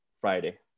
Friday